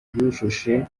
yahuje